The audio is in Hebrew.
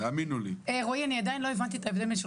רועי, אתה מטעה.